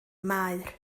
maer